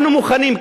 אנחנו מוכנים,